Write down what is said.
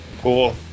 Cool